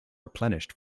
replenished